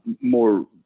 more